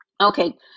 Okay